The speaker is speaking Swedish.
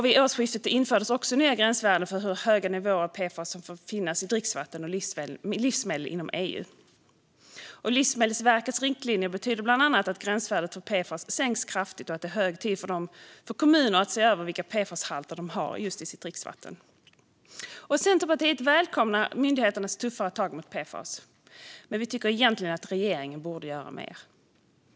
Vid årsskiftet infördes också nya gränsvärden för hur höga nivåer av PFAS som får finnas i dricksvatten och livsmedel inom EU. Livsmedelsverkets riktlinjer betyder bland annat att gränsvärdet för PFAS sänks kraftigt och att det är hög tid för kommuner att se över vilka PFAS-halter de har i sitt dricksvatten. Centerpartiet välkomnar myndigheternas tuffare tag mot PFAS. Men vi tycker egentligen att regeringen borde göra mer.